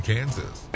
Kansas